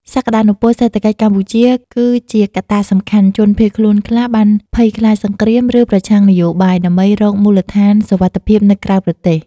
សក្តានុពលសេដ្ឋកិច្ចកម្ពុជាគឺជាកត្តាសំខាន់ជនភៀសខ្លួនខ្លះបានភ័យខ្លាចសង្គ្រាម ឬប្រឆាំងនយោបាយ ដើម្បីរកមូលដ្ឋានសុវត្ថិភាពនៅក្រៅប្រទេស។